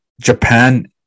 Japan